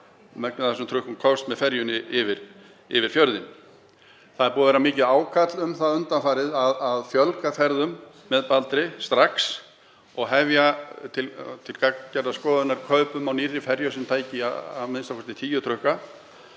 að megnið af þessum trukkum komst með ferjunni yfir fjörðinn. Það er búið að vera mikið ákall um það undanfarið að fjölga ferðum með Baldri strax og taka til gagngerrar skoðunar kaup á nýrri ferju sem tæki a.m.k. tíu trukka.